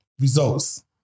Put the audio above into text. results